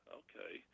okay